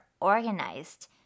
organized